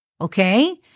okay